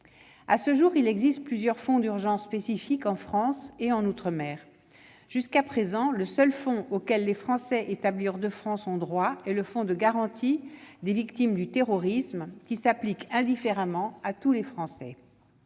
À ce jour, il existe plusieurs fonds d'urgence spécifique en France et en outre-mer. Jusqu'à présent, les Français établis hors de France ont seulement droit au fonds de garantie des victimes du terrorisme, qui s'applique indifféremment à tous les Français.